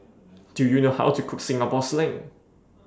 Do YOU know How to Cook Singapore Sling